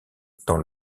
dans